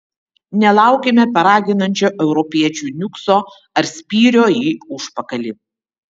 nelaukime paraginančio europiečių niukso ar spyrio į užpakalį